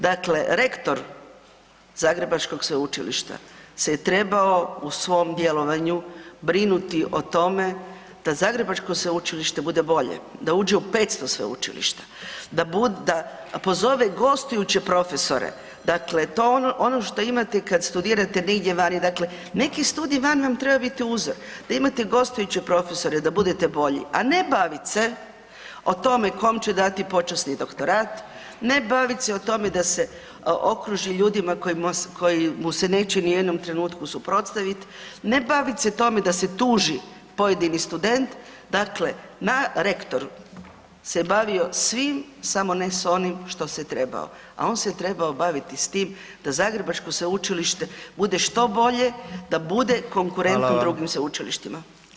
Dakle, rektor zagrebačkog sveučilišta se je trebao u svom djelovanju brinuti o tome da zagrebačko sveučilište bude bolje, da uđe u 500 sveučilišta, da bude, da pozove gostujuće profesore, dakle, to je ono što imate kad studirate negdje vani, dakle neki studiji vani vam trebaju biti uzor, da imate gostujuće profesore, da budete bolji, a ne baviti se o tome kome će dati počasni doktorat, ne baviti se o tome da se okruži ljudima koji mu se neće u nijednom trenutku suprotstaviti, ne baviti se tome da se tuži pojedini student, dakle, na rektoru se bavio svim samo ne s onim što se trebao, a on se trebao baviti s tim da zagrebačko sveučilište bude što bolje, da bude konkurentno drugim sveučilištima.